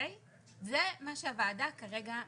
זה מה שהוועדה כרגע מאשרת.